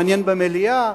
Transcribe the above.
מעניין במליאה,